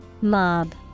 Mob